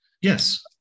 Yes